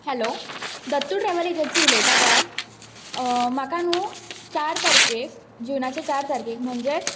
hello Dattu travel agency उलयता काय म्हाका न्हू चार तारखेक जुनाचे चार तारखेक म्हणजेच